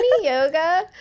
yoga